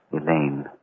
Elaine